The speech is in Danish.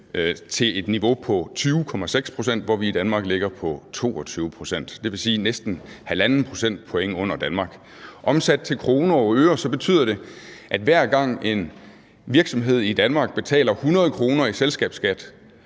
til et niveau på 20,6 pct., hvor vi i Danmark ligger på 22 pct., dvs. næsten halvanden procentpoint under Danmark. Omsat til kroner og øre betyder det, at hver gang en virksomhed i Danmark betaler 100 kr. i selskabsskat,